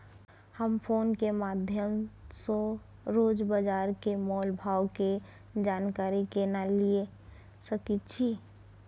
हम फोन के माध्यम सो रोज बाजार के मोल भाव के जानकारी केना लिए सके छी?